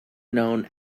known